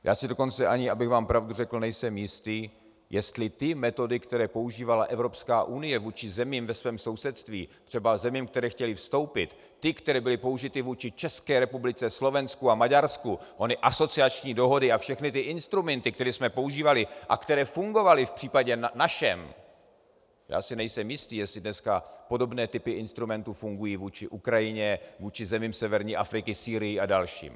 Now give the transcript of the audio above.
Já si dokonce ani, abych vám pravdu řekl, nejsem jistý, jestli ty metody, které používala Evropská unie vůči zemím ve svém sousedství, třeba zemím, které chtěly vstoupit, ty, které byly použity vůči České republice, Slovensku a Maďarsku, ony asociační dohody a všechny ty instrumenty, které jsme používali a které fungovaly v našem případě, já si nejsem jistý, jestli dneska podobné typy instrumentů fungují vůči Ukrajině, vůči zemím severní Afriky, Sýrii a dalším.